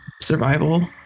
survival